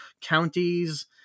counties